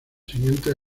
siguientes